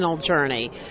journey